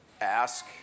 Ask